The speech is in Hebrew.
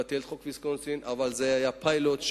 אבל זה היה פיילוט.